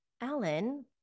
Alan